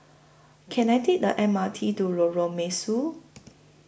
Can I Take The M R T to Lorong Mesu